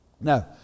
Now